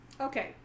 Okay